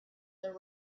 there